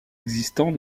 existants